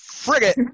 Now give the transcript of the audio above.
frigate